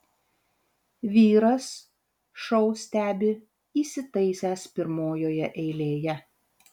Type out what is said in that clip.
vyras šou stebi įsitaisęs pirmojoje eilėje